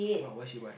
[wah] what she buy